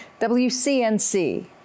WCNC